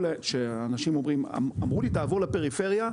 שבהן אנשים אומרים: "אמרו לי: 'תעבור לפריפריה,